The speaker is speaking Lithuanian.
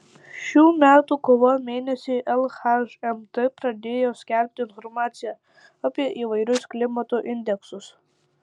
šių metų kovo mėnesį lhmt pradėjo skelbti informaciją apie įvairius klimato indeksus